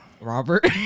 robert